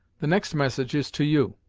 the next message is to you.